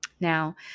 Now